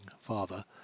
father